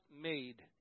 made